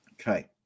Okay